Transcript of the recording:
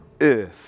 Earth